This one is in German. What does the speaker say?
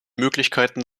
möglichkeiten